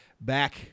back